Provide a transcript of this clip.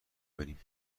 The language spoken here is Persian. بریم